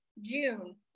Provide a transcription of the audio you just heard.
June